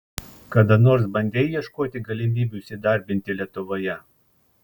kada nors bandei ieškoti galimybių įsidarbinti lietuvoje